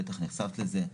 בטח נחשפת לזה,